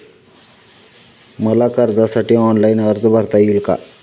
मला कर्जासाठी ऑनलाइन अर्ज भरता येईल का?